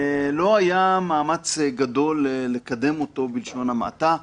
לא היה מאמץ גדול לקדם אותו, בלשון המעטה.